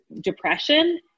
depression